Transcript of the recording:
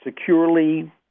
securely